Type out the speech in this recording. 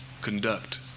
conduct